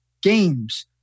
games